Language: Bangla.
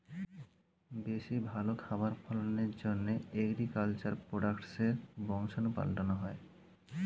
বেশি ভালো খাবার ফলনের জন্যে এগ্রিকালচার প্রোডাক্টসের বংশাণু পাল্টানো হয়